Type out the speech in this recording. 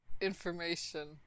information